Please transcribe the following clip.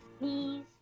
knees